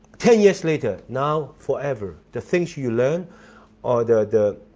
ten years later, now forever the things you learn are the